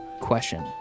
question